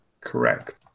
Correct